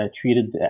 treated